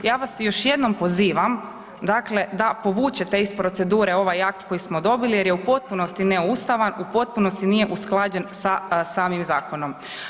Ja vas još jednom pozivam da povučete iz procedure ovaj akt koji smo dobili jer je u potpunosti neustavan, u potpunosti nije usklađen sa samim zakonom.